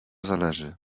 zależy